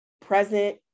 present